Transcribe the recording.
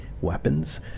weapons